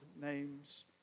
names